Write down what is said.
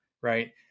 right